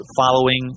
following